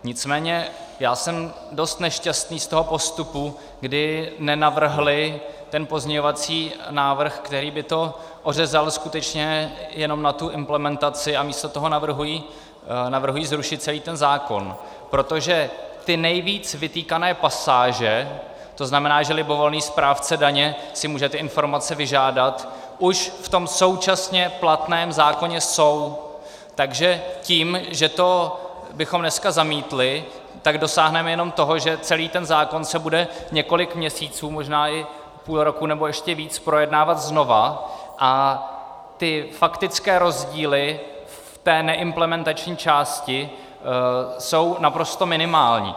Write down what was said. Nicméně já jsem dost nešťastný z toho postupu, kdy nenavrhli pozměňovací návrh, který by to ořezal skutečně jenom na implementaci, a místo toho navrhují zrušit celý zákon, protože ty nejvíce vytýkané pasáže, to znamená, že libovolný správce daně si může informace vyžádat, už v tom současně platném zákoně jsou, takže tím, že bychom to dnes zamítli, dosáhneme jenom toho, že celý ten zákon se bude několik měsíců nebo možná půl roku nebo ještě více projednávat znovu, a faktické rozdíly v neimplementační části jsou naprosto minimální.